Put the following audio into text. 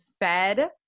fed